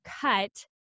cut